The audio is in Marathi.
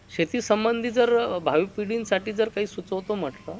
शेतीसंबंधी जर भावी पिढींसाठी जर काही सुचवतो म्हटलं